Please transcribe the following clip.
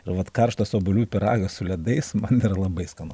ir vat karštas obuolių pyragas su ledais man yra labai skanu